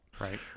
Right